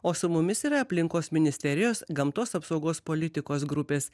o su mumis yra aplinkos ministerijos gamtos apsaugos politikos grupės